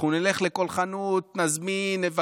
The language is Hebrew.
אנחנו נלך לכל חנות, נזמין, נבקש.